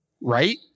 right